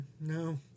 no